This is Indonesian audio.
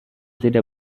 tidak